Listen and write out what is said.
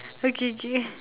okay okay